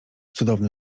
cudowny